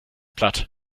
platt